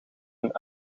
een